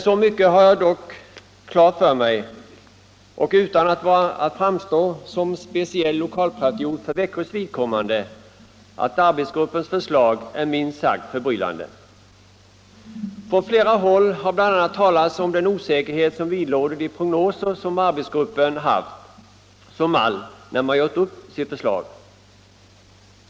Så mycket har jag dock klart för mig — och det kan jag väl säga utan att framstå som speciell lokalpatriot för Växjös vidkommande — som att arbetsgruppens förslag är minst sagt förbryllande. Från flera håll har bl.a. talats om den osäkerhet som vidlåder de prognoser som arbetsgruppen haft som mall när den gjort upp sitt förslag.